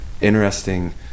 interesting